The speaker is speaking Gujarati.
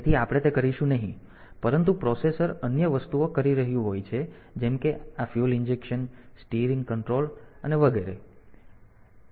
તેથી આપણે તે કરીશું નહીં પરંતુ પ્રોસેસર અન્ય વસ્તુઓ કરી રહ્યું હોય છે જેમ કે આ ફ્યુઅલ ઇન્જેક્શન સ્ટીયરિંગ કંટ્રોલ અને તે બધું છે